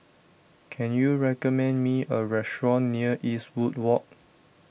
can you recommend me a restaurant near Eastwood Walk